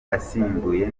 asimbuye